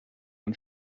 und